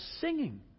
singing